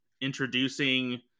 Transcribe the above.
introducing